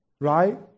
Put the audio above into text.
right